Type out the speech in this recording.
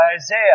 Isaiah